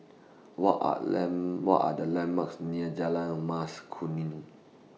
What Are Land What Are The landmarks near Jalan Mas Kuning